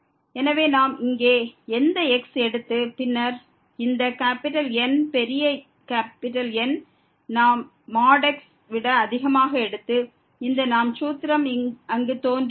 எனவே நாம் இங்கே எந்த x எடுத்து பின்னர் இந்த N பெரிய Nஐ நாம் x விட அதிகமாக எடுத்தால் இந்த சூத்திரம் அங்கு தோன்றும் n